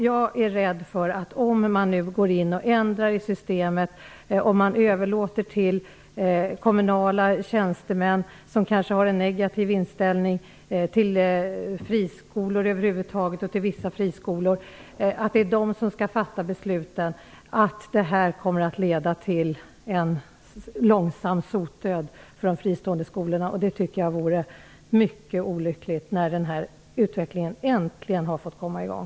Jag är rädd för att om man går in och ändrar i systemet, om man överlåter till kommunala tjänstemän, som kanske har en negativ inställning till friskolor över huvud taget och till vissa friskolor i synnerhet, att fatta besluten, kommer det att leda till en långsam sotdöd för de fristående skolorna. Det tycker jag vore mycket olyckligt, när den här utvecklingen äntligen har fått komma i gång.